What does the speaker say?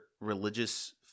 religious